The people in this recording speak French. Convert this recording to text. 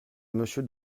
monsieur